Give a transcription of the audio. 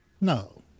No